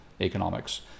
economics